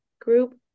group